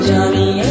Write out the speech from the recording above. Johnny